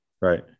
right